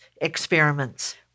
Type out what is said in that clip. experiments